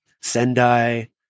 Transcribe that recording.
Sendai